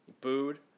booed